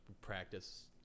practice